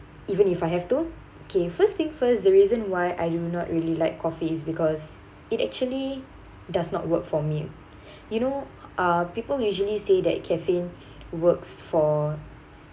even if I have to okay first thing first the reason why I do not really like coffee because it actually does not work for me you know uh people usually say that caffeine works for